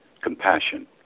compassion